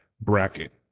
bracket